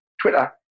Twitter